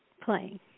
playing